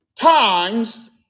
times